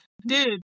dude